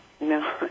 No